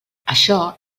això